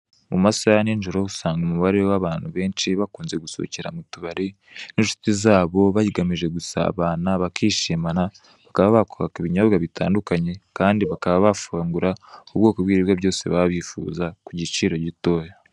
Mu masaha ya nijoro usanga umubare w'abantu benshi bakunze gusohokera mu tubari n'inshuti zabo bagamije gusabana, bakishimana, bakaba bakwaka ibinyobwa bitandukanye kandi bakaba bafungura ubwoko bw'ibiribwa byose baba bifuza ku giciro gitoya.